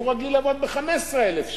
הוא רגיל לעבוד ב-15,000 שקל.